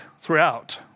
throughout